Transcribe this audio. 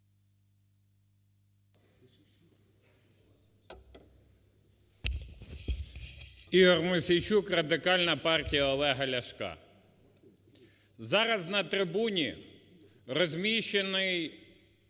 Ігор Мосійчук, Радикальна партія Олега Ляшка. Зараз на трибуні розміщено